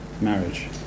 marriage